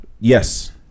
Yes